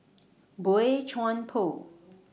Boey Chuan Poh